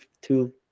two